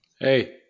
Hey